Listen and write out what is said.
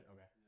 Okay